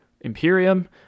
Imperium